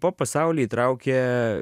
pop pasaulį įtraukė